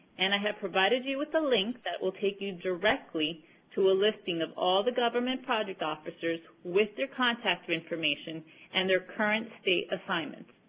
and i have provided you with a link that will take you directly to a listing of all the government project officers with their contact information and their current state assignments.